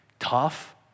tough